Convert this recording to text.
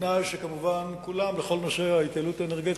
בתנאי שכולם יירתמו בכל נושא ההתייעלות האנרגטית.